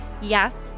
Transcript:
yes